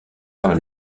par